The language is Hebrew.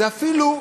זה אפילו,